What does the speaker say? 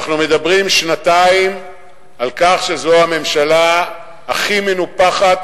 אנחנו מדברים שנתיים על כך שזו הממשלה הכי מנופחת,